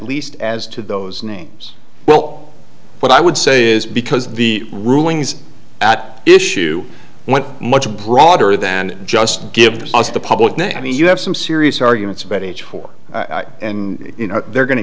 least as to those names well what i would say is because the rulings at issue went much broader than just give us the public now i mean you have some serious arguments about age four and you know they're going to